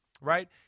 right